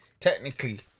technically